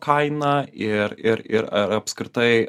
kaina ir ir ir apskritai